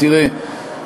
תראה,